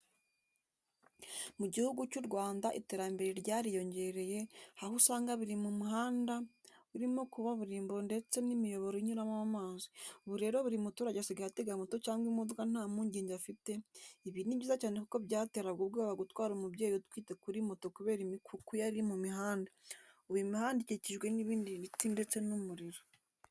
Mu Gihugu cy'u Rwanda iterambere ryariyongereye aho usanga buri muhanda urimo kaburimbo ndetse n'imiyoboro inyuramo amazi, ubu rero buri muturage asigaye atega moto cyangwa imodoka nta mpungenge afite, ibi ni byiza cyane kuko byateraga ubwoba gutwara umubyeyi utwite kuri moto kubera imikuku yari iri mu muhanda, ubu imihanda ikikijwe n'ibiti ndetse n'umuriro.